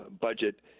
budget